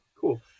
cool